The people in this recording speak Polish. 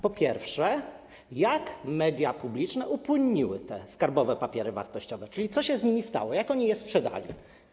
Pierwsze: Jak media publiczne upłynniły te skarbowe papiery wartościowe, czyli co się z nimi stało, jak je sprzedano?